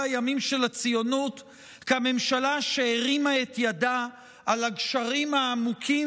הימים של הציונות כממשלה שהרימה את ידה על הגשרים העמוקים